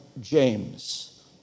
James